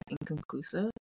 inconclusive